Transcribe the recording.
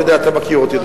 אתה מכיר אותי,